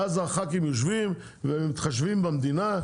ואז הח"כים יושבים ומתחשבים במדינה,